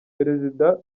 perezida